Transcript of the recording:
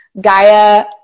Gaia